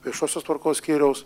viešosios tvarkos skyriaus